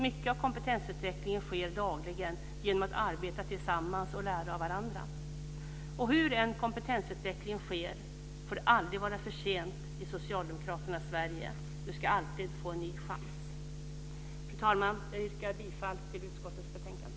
Mycket av kompetensutvecklingen sker dagligen genom att arbeta tillsammans och lära av varandra. Hur än kompetensutvecklingen sker får det aldrig vara för sent i socialdemokraternas Sverige. Du ska alltid få en ny chans. Fru talman! Jag yrkar bifall till utskottets hemställan i betänkandet.